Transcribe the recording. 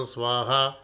Swaha